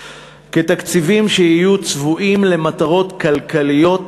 כתקציבים שיהיו צבועים למטרות כלכליות,